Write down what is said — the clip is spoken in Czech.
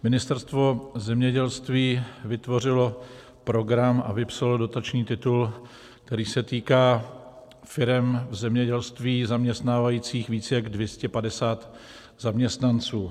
Ministerstvo zemědělství vytvořilo program a vypsalo dotační titul, který se týká firem v zemědělství, zaměstnávajících víc jak 250 zaměstnanců.